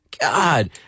God